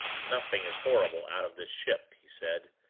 nothing is horrible out of this ship, he said.